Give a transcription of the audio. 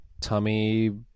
tummy